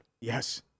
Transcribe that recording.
Yes